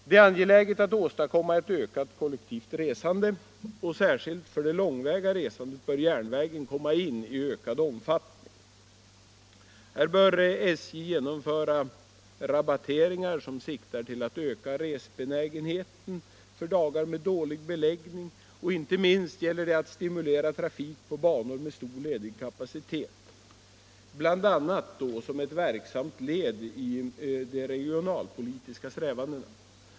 Det är angeläget att åstadkomma ett ökat kollektivt resande, och särskilt för det långväga resandet bör järnvägen komma in i ökad omfattning. Här bör SJ genomföra rabatteringar som siktar till att öka resbenägenheten för dagar med dålig beläggning. Och inte minst gäller det att stimulera trafik på banor med stor ledig kapacitet, bl.a. som ett verksamt led i de regionalpolitiska strävandena.